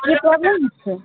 কী problem হচ্ছে